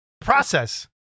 process